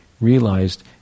realized